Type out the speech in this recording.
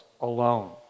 alone